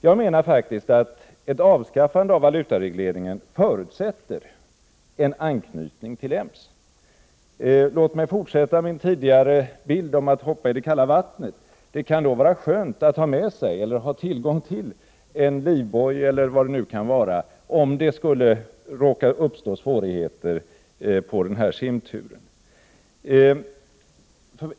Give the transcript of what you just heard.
Jag menar att ett avskaffande av valutaregleringen förutsätter en anknytning till EMS. Låt mig fortsätta min tidigare bild om att hoppa i det kalla vattnet genom att säga: Det kan då vara skönt att ha tillgång till en livboj eller liknande, om det skulle råka uppstå svårigheter under simturen.